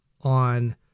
on